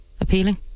appealing